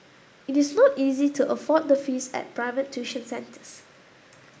it is not easy to afford the fees at private tuition centres